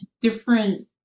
different